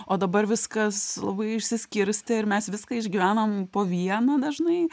o dabar viskas labai išsiskirstė ir mes viską išgyvenam po vieną dažnai